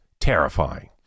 terrifying